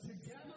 together